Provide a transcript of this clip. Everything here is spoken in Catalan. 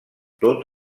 tot